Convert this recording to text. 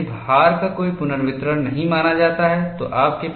यदि भार का कोई पुनर्वितरण नहीं माना जाता है तो आपके पास यह है